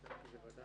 בוקר